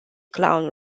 clown